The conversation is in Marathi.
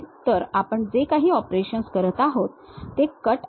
तर आपण जे काही ऑपरेशन करत आहोत ते कट आहे